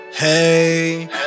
Hey